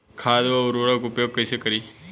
खाद व उर्वरक के उपयोग कइसे करी?